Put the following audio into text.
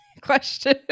question